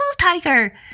tiger